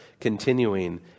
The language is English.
continuing